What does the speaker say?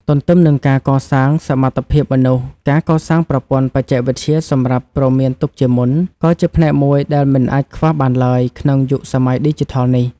ទន្ទឹមនឹងការកសាងសមត្ថភាពមនុស្ស ការកសាងប្រព័ន្ធបច្ចេកវិទ្យាសម្រាប់ព្រមានទុកជាមុន ក៏ជាផ្នែកមួយដែលមិនអាចខ្វះបានឡើយ ក្នុងយុគសម័យឌីជីថលនេះ។